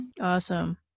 awesome